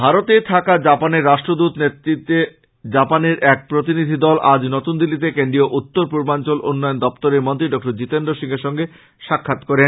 ভারতে থাকা জাপানের রাষ্ট্রদূতের নেতৃত্বে জাপানের এক প্রতিনিধি দল আজ নতুনদিল্লিতে কেন্দ্রীয় উত্তরপূর্বাঞ্চল উন্নয়ন দপ্তরের মন্ত্রী ডঃ জীতেন্দ্র সিংএর সঙ্গে সাক্ষাৎ করেন